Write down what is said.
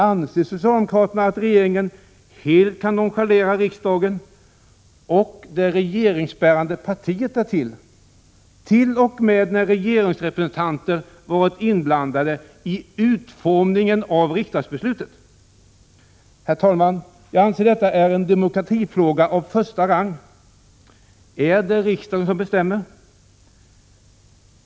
Anser socialdemokraterna att regeringen helt kan nonchalera riksdagen, och det regeringsbärande partiet därtill, t.o.m. när regeringsrepresentanter varit inblandade i utformningen av riksdagsbeslutet? Herr talman! Jag anser att detta är en demokratifråga av första rang. Är det riksdagen som bestämmer?